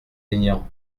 aignan